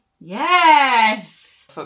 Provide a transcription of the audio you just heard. Yes